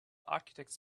architects